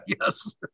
yes